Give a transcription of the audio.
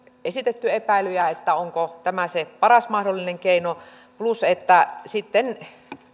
esitetty epäilyjä onko tämä se paras mahdollinen keino plus sitten